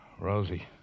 Rosie